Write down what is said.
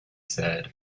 said